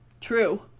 True